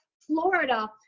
Florida